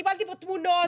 קיבלתי פה תמונות.